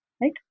right